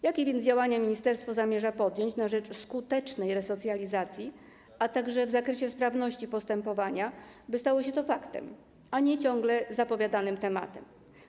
Jakie więc działania ministerstwo zamierza podjąć na rzecz skutecznej resocjalizacji, a także w zakresie sprawności postępowania, by stało się to faktem, a nie ciągle zapowiadanym tematem?